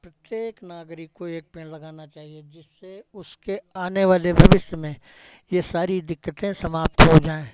प्रत्येक नागरिक को एक पेड़ लगाना चाहिए जिससे उसके आने वाले भविष्य में ये सारी दिक्कतें समाप्त हो जाएँ